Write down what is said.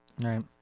Right